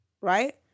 right